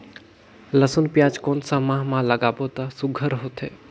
लसुन पियाज कोन सा माह म लागाबो त सुघ्घर होथे?